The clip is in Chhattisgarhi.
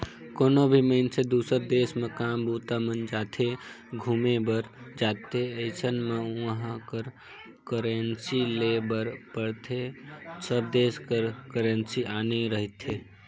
कोनो भी मइनसे दुसर देस म काम बूता म जाथे, घुमे बर जाथे अइसन म उहाँ कर करेंसी लेय बर पड़थे सब देस कर करेंसी आने रहिथे